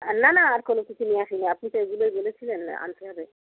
না না আর কোনো কিছু নিয়ে আসিনি আপনি তো এগুলোই বলেছিলেন আনতে হবে